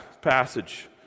passage